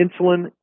insulin